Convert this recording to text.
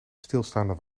stilstaande